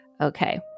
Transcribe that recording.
Okay